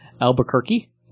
Albuquerque